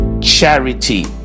charity